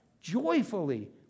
joyfully